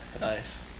Nice